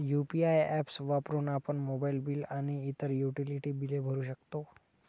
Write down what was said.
UPI apps वापरून आपण mobile bill आणि इतर युटिलिटी बिले भरू शकतो